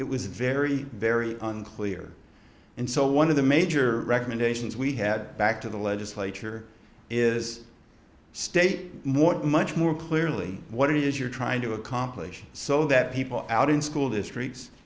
it was very very unclear and so one of the major recommendations we had back to the legislature is state more much more clearly what it is you're trying to accomplish so that people out in school districts